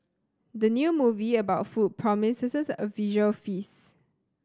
the new movie about food promises a visual feast